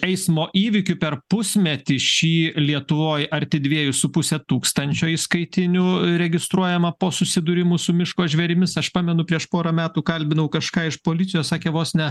eismo įvykių per pusmetį šį lietuvoj arti dviejų su puse tūkstančio įskaitinių registruojama po susidūrimų su miško žvėrimis aš pamenu prieš porą metų kalbinau kažką iš policijos sakė vos ne